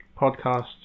...podcasts